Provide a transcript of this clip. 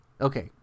okay